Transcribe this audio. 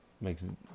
Makes